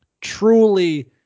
Truly